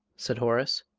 said horace.